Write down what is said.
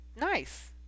nice